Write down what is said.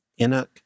Inuk